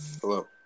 hello